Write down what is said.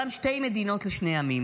גם שתי מדינות לשני עמים